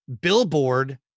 billboard